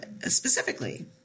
specifically